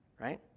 Right